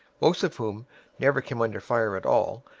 most of whom never came under fire at all,